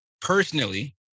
personally